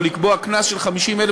או לקבוע קנס של 50,000,